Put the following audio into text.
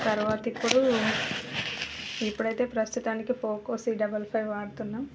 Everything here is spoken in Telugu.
తర్వాత ఇప్పుడు ఇప్పుడైతే ప్రస్తుతానికి పోకో సి డబల్ ఫైవ్ వాడుతున్నాం